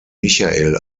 michael